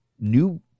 new